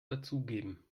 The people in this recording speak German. dazugeben